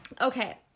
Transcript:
okay